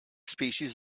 species